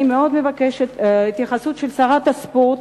אני מאוד מבקשת התייחסות של שרת הספורט,